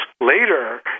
later